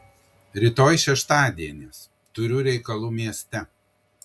rytoj šeštadienis turiu reikalų mieste